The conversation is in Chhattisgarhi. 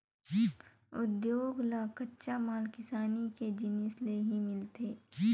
उद्योग ल कच्चा माल किसानी के जिनिस ले ही मिलथे